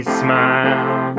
smile